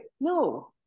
No